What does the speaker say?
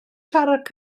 siarad